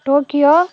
Tokyo